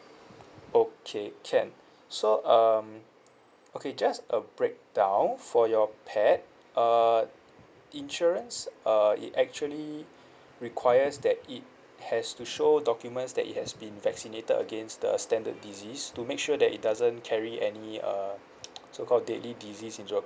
okay can so um okay just a break down for your pet uh insurance uh it actually requires that it has to show documents that it has been vaccinated against the standard disease to make sure that it doesn't carry any uh so called daily disease into the